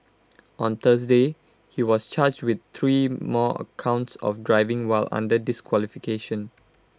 on Thursday he was charged with three more counts of driving while under disqualification